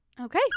Okay